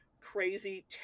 crazy